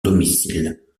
domicile